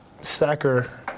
sacker